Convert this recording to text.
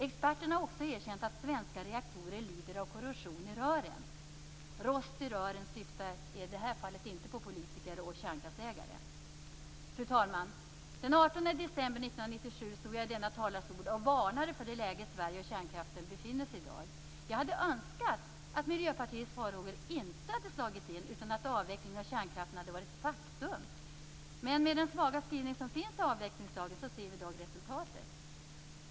Experterna har också erkänt att svenska reaktorer lider av korrosion i rören. "Rost i rören" syftar i detta fall inte på politiker och kärnkraftsägare. Fru talman! Den 18 december 1997 stod jag i denna talarstol och varnade för det läge som Sverige och kärnkraften befinner i sig i i dag. Jag hade önskat att Miljöpartiets farhågor inte hade besannats utan att avvecklingen av kärnkraften hade varit ett faktum. Men vi ser i dag resultatet av den svaga skrivning som finns i avvecklingslagen.